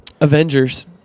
avengers